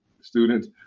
students